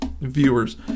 viewers